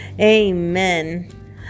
Amen